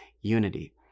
unity